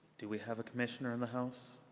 do we have a commissioner in the house?